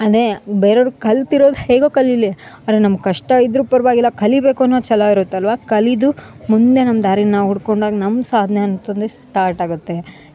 ಅದೇ ಬೇರೆಯವ್ರ ಕಲ್ತಿರೋದು ಹೇಗೋ ಕಲೀಲಿ ನಮ್ಗ ಕಷ್ಟ ಇದ್ದರೂ ಪರವಾಗಿಲ್ಲ ಕಲೀಬೇಕು ಅನ್ನೋ ಛಲ ಇರುತ್ತಲ್ಲ ಕಲಿದು ಮುಂದೆ ನಮ್ಮ ದಾರಿನ ನಾವು ಹುಡ್ಕೊಂಡಾಗ ನಮ್ಮ ಸಾಧ್ನೆ ಅಂತುಂದಿ ಸ್ಟಾರ್ಟ್ ಆಗುತ್ತೆ